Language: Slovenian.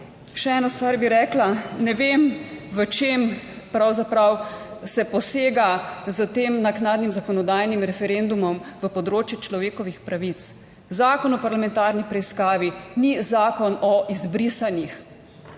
Še eno stvar bi rekla. Ne vem, v čem pravzaprav se posega s tem naknadnim zakonodajnim referendumom na področje človekovih pravic. Zakon o parlamentarni preiskavi ni zakon o izbrisanih,